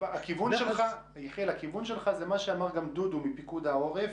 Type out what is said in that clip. הכיוון שלך הוא גם מה שאמר אל"מ דודו אבעדא מפיקוד העורף.